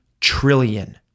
trillion